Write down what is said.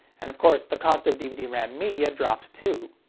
and of course, the cost of dvd-ram media dropped, too.